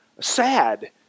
sad